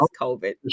COVID